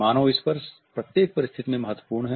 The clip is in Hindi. मानव स्पर्श प्रत्येक परिस्थिति में महत्वपूर्ण है